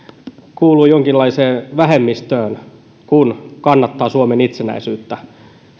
kuuluu jonkinlaiseen vähemmistöön kun kannattaa suomen itsenäisyyttä